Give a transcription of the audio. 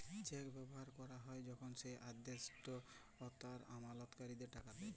check ব্যবহার ক্যরা হ্যয় যখল যে আদেষ্টা তার আমালতকারীকে টাকা দেয়